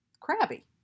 crabby